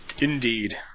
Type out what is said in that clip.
Indeed